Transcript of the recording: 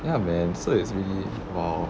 ya man so it's really !wow!